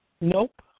Nope